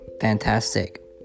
fantastic